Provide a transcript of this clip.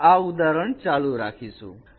આપણે આ ઉદાહરણ ચાલુ રાખીશું